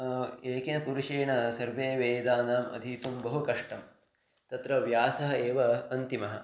एकेन पुरुषेण सर्वे वेदानाम् अधीतुं बहु कष्टं तत्र व्यासः एव अन्तिमः